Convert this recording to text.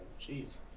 jeez